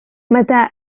متى